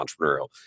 entrepreneurial